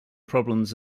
problems